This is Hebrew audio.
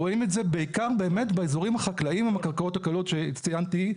רואים את זה בעיקר באזורים החקלאיים עם הקרקעות הקלות שציינתי,